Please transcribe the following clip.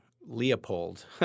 Leopold